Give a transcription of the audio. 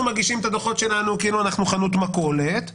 מגישים את הדוחות שלנו כאילו אנחנו חנות מכולת,